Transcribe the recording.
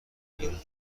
این